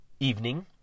Evening